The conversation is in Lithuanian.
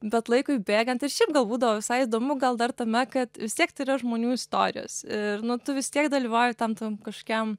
bet laikui bėgant ir šiaip gal būdavo visai įdomu gal dar tame kad vis tiek tai žmonių istorijos ir nu tu vis tiek dalyvauji tam ten kažkokiam